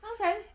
Okay